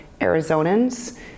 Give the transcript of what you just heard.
Arizonans